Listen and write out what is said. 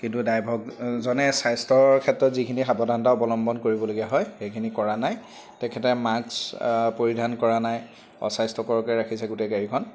কিন্তু ড্ৰাইভৰজনে স্বাস্থ্যৰ ক্ষেত্ৰত যিখিনি সাৱধানতা অৱলম্বন কৰিবলগীয়া হয় সেইখিনি কৰা নাই তেখেতে মাস্ক পৰিধান কৰা নাই অস্বাস্থ্যকৰকৈ ৰাখিছে গোটেই গাড়ীখন